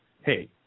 Hey